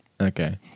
Okay